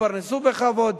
יתפרנסו בכבוד,